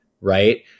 right